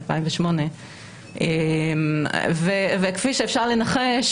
2008. וכפי שאפשר לנחש,